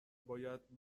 باید